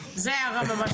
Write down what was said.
מה רצית להעיר?